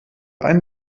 ein